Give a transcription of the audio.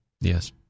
Yes